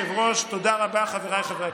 ככל הניתן לקריאה השנייה והשלישית.